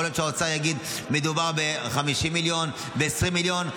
יכול להיות שהאוצר יגיד שמדובר ב-50 מיליון או ב-20 מיליון,